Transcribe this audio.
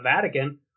Vatican